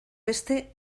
beste